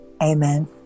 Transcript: amen